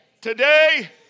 Today